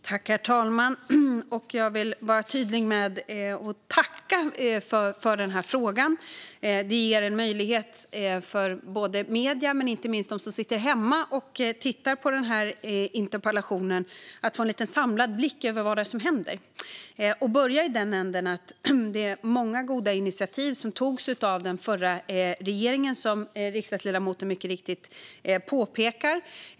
Herr talman! Jag vill vara tydlig med att tacka för frågan. Det ger en möjlighet för medier och inte minst de som sitter hemma och tittar på interpellationsdebatten att få en lite samlad blick över vad som händer. Jag börjar i den änden att det var många goda initiativ som togs av den förra regeringen, som riksdagsledamoten mycket riktigt påpekar.